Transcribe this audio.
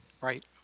Right